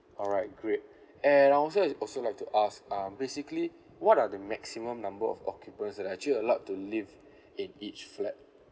alright great and I also also like to ask um basically what are the maximum number of occupants that actually allowed to live in each flat